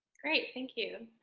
great, thank you.